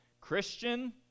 Christian